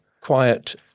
quiet